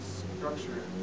structure